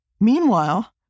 Meanwhile